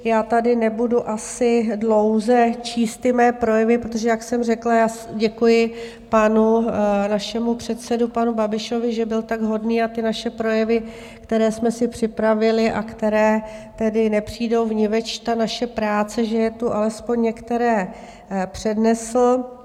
Já tady nebudu asi dlouze číst ty mé projevy, protože jak jsem řekla, děkuji panu našemu předsedovi, panu Babišovi, že byl tak hodný a ty naše projevy, které jsme si připravili a které tedy nepřijdou vniveč, ta naše práce, že je tu alespoň některé přednesl.